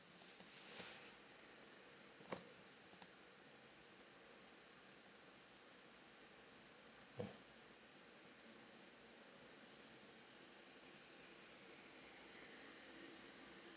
mm